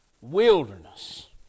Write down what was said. wilderness